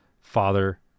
father